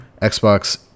Xbox